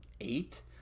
eight